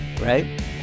right